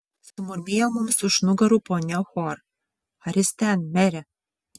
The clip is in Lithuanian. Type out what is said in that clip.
sumurmėjo mums už nugarų ponia hor ar jis ten mere